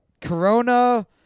Corona